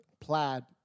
Plaid